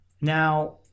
Now